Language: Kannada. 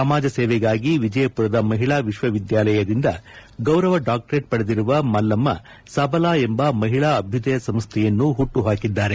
ಸಮಾಜಸೇವೆಗಾಗಿ ವಿಜಯಪುರದ ಮಹಿಳಾ ವಿವಿಯಿಂದ ಗೌರವ ಡಾಕ್ಟರೇಟ್ ಪಡೆದಿರುವ ಮಲ್ಲಮ್ಮಸಬಲಾ ಎಂಬ ಮಹಿಳಾ ಅಭ್ಯದಯ ಸಂಸ್ಥೆಯನ್ನು ಹುಟ್ಟುಹಾಕಿದ್ದಾರೆ